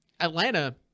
Atlanta